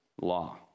law